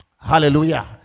Hallelujah